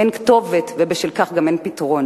אין כתובת, ובשל כך גם אין פתרון.